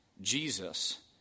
Jesus